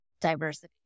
diversity